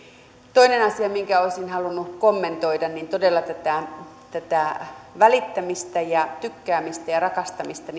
toinen asia mitä olisin halunnut kommentoida varmasti alun perin on tarkoitettu että todella tätä välittämistä ja tykkäämistä ja rakastamista